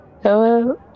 hello